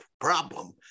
problem